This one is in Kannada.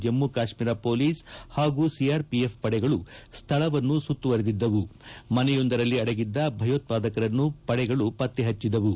ಜಮ್ಗು ಕಾಶ್ನೀರ ಪೊಲೀಸ್ ಪಾಗೂ ಸಿಆರ್ಪಿಎಫ್ ಪಡೆಗಳು ಸ್ಥಳವನ್ನು ಸುತ್ತುವರಿದಿದ್ದವು ಮನೆಯೊಂದರಲ್ಲಿ ಆಡಗಿದ್ದ ಭಯೋತ್ವಾದಕರನ್ನು ಪಡೆ ಪತ್ತೆ ಪಟ್ಟಿತು